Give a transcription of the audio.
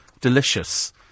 Delicious